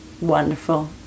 wonderful